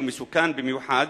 שהוא מסוכן במיוחד,